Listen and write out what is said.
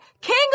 king